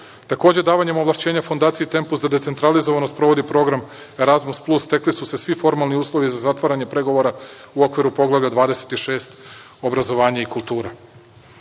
Takođe, davanjem ovlašćenja Fondaciji „Tempus“da decentralizovano sprovodi program „Erazmus plus“ stekli su se svi formalni uslovi za zatvaranje pregovora u okviru Poglavlja 26 – obrazovanje i kultura. Sedam